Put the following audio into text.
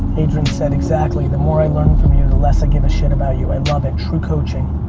adrian said, exactly, the more i learn from you the less i give a shit about you. i love it. true coaching.